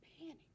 panic